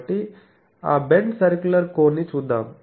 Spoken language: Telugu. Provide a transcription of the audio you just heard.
కాబట్టి ఆ బెంట్ సర్కులర్ కోన్ ని చూద్దాం